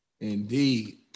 Indeed